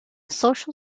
social